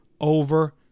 over